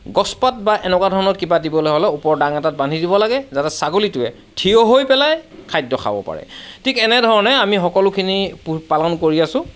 গছপাত বা এনেকুৱা ধৰণৰ কিবা দিবলৈ হ'লে ওপৰৰ দাং এটাত বান্ধি দিব লাগে যাতে ছাগলীটোৱে থিয় হৈ পেলাই খাদ্য খাব পাৰে ঠিক এনেধৰণে আমি সকলোখিনি পোহ পালন কৰি আছোঁ